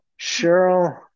Cheryl